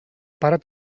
pare